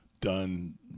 done